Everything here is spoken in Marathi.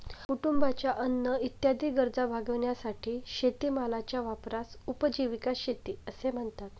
कुटुंबाच्या अन्न इत्यादी गरजा भागविण्यासाठी शेतीमालाच्या वापरास उपजीविका शेती असे म्हणतात